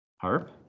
Harp